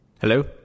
hello